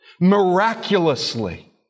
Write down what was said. miraculously